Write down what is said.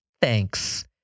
thanks